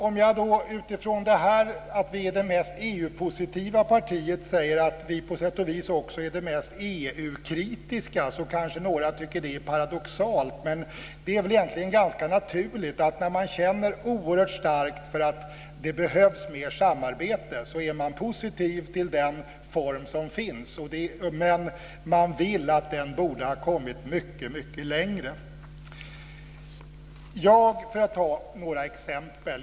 Om jag då, utifrån detta att vi är det mest EU positiva partiet, säger att vi på sätt och vis också är det mest EU-kritiska, så kanske några tycker att det är paradoxalt. Men det är väl egentligen ganska naturligt att när man känner oerhört starkt för att det behövs mer samarbete är man positiv till den form som finns, men man tycker att den borde ha kommit mycket längre. Låt mig ta några exempel.